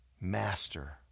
master